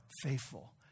faithful